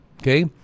Okay